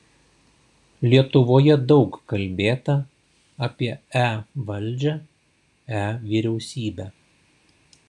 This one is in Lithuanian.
lietuvoje daug kalbėta apie e valdžią e vyriausybę